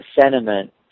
sentiment